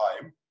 time